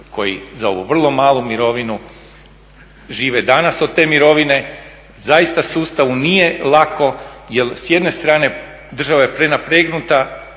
koji za ovu vrlo malu mirovinu žive danas od te mirovine. Zaista sustavu nije lako jer s jedne strane država je prenapregnuta,